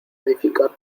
edificar